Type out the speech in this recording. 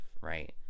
right